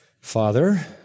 Father